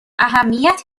اهمیت